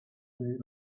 day